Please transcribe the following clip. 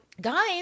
guys